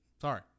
sorry